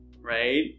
right